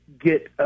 get